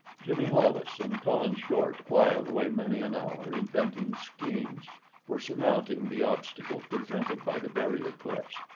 jimmy hollis and colin short whiled away many an hour inventing schemes for surmounting the obstacle presented by the barrier cliffs,